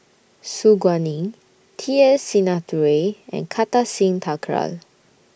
Su Guaning T S Sinnathuray and Kartar Singh Thakral